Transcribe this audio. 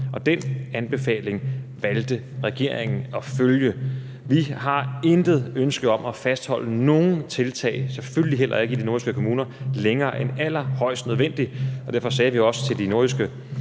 og den anbefaling valgte regeringen at følge. Vi har intet ønske om at fastholde nogen tiltag, selvfølgelig heller ikke i de nordjyske kommuner, længere end allerhøjst nødvendigt, og derfor sagde vi også til de nordjyske